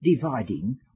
dividing